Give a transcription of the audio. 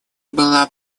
была